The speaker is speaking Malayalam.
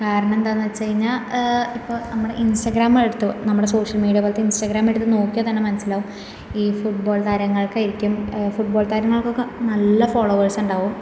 കാരണം എന്താന്ന്ച്ച്ഴിഞ്ഞാൽ ഇപ്പോൾ നമ്മുടെ ഇൻസ്റ്റാഗ്രാമെടുത്തു ഇപ്പം നമ്മുടെ സോഷ്യൽ മീഡിയ പോലത്തെ ഇൻസ്റ്റാഗ്രാമെടുത്ത് നോക്കിയാൽ തന്നെ മനസ്സിലാവും ഈ ഫുട്ബോൾ താരങ്ങൾക്കായിരിക്കും ഫുട്ബോൾ താരങ്ങൾക്കൊക്ക നല്ല ഫോളോവേഴ്സുണ്ടാവും